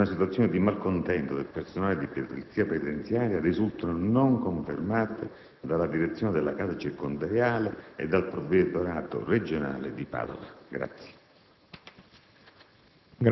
una situazione di malcontento del personale di polizia penitenziaria risultano non confermate dalla direzione della casa circondariale e dal provveditorato regionale di Padova.